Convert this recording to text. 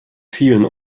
vielen